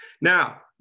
Now